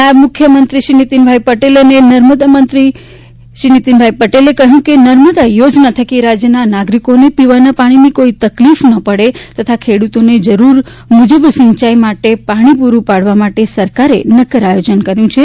નાયબ મુખ્યમંત્રીશ્રી અને નર્મદા મંત્રી શ્રી નીતિન પટેલે જણાવ્યું છે કે નર્મદા યોજના થકી રાજ્યના નાગરિકોને પીવાના પાણીની કોઇ તકલીફ નહી પડે તથા ખેડૂતોને જરૂર મુજબ સિંચાઇ માટે પાણી પુરુ પાડવા માટે સરકારે નક્કર આયોજન કર્યુ છે